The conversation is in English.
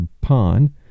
pond